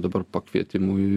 dabar pakvietimui